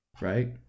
Right